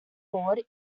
board